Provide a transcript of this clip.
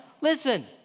Listen